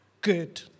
good